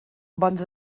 bons